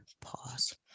pause